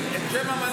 להגיד את השם המלא.